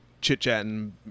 chit-chatting